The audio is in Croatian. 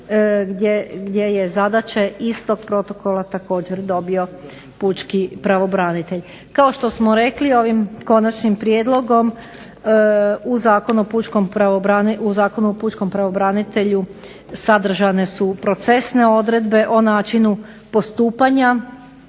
gdje je zadaća iz tog protokola također dobio pučki pravobranitelj. Kao što smo rekli ovim konačnim prijedlogom u Zakonu o pučkom pravobranitelju sadržane su procesne odredbe o načinu postupanja